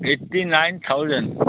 eighty nine thousand